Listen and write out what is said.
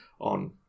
on